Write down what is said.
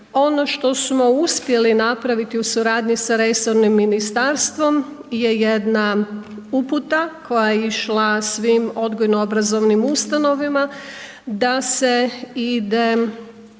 Ono što smo uspjeli napraviti u suradnji sa resornim ministarstvom je jedna uputa koja je išla svim odgojno-obrazovnim ustanovama da se ide